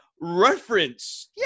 reference